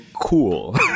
cool